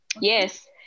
yes